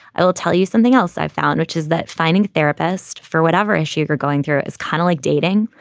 i will tell you something else i found, which is that finding a therapist for whatever issue you're going through is kind of like dating.